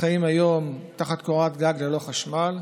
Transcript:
חיות היום תחת קורת גג ללא חשמל,